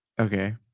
Okay